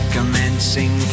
Commencing